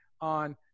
on